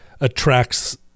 attracts